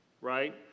right